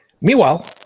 Meanwhile